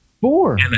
Four